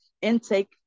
intake